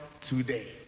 today